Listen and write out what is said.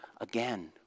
again